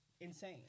insane